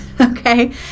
Okay